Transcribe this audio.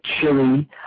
chili